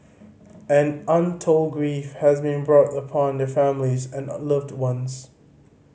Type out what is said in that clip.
and untold grief has been brought upon their families and the loved ones